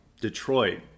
Detroit